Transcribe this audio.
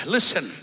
Listen